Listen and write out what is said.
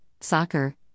soccer